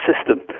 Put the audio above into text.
system